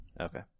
Okay